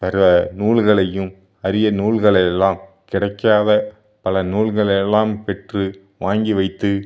நூல்களையும் அறிய நூல்களையெல்லாம் கிடைக்காத பல நூல்களையெல்லாம் பெற்று வாங்கி வைத்து